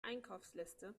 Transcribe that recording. einkaufsliste